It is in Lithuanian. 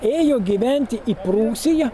ėjo gyventi į prūsiją